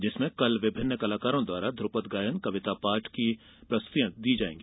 जिसमें कल विभिन्न कलाकारों द्वारा ध्रूपद गायन कविता पाठ की प्रस्तुतियां दी जायेंगी